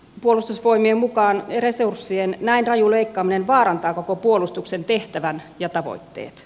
puolustusvoimien mukaan resurssien näin raju leikkaaminen vaarantaa koko puolustuksen tehtävän ja tavoitteet